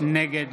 נגד